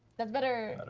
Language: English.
that's better!